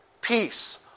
peace